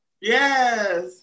Yes